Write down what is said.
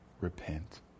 repent